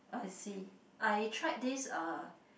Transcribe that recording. I see I tried this uh